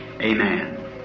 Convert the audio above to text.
Amen